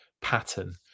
pattern